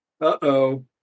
Uh-oh